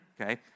okay